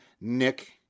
Nick